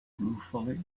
ruefully